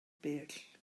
bell